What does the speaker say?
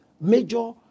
major